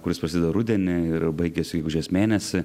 kuris prasideda rudenį ir baigiasi gegužės mėnesį